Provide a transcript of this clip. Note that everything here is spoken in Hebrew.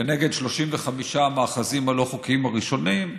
כנגד 35 המאחזים הלא-חוקיים הראשונים,